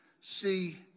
see